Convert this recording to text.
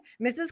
Mrs